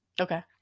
Okay